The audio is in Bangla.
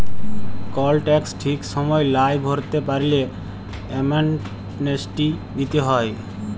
কল ট্যাক্স ঠিক সময় লায় ভরতে পারল্যে, অ্যামনেস্টি দিতে হ্যয়